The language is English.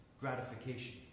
gratification